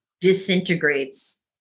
disintegrates